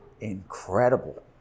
incredible